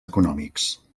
econòmics